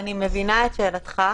אני מבינה את שאלתך.